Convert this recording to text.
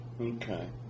okay